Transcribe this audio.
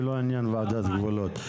ולא עניין ועדת גבולות.